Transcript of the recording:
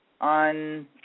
on –